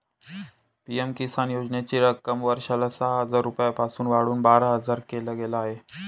PM किसान योजनेची रक्कम वर्षाला सहा हजार रुपयांपासून वाढवून बारा हजार केल गेलं आहे